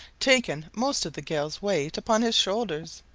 taken most of the gales weight upon his shoulders.